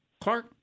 clark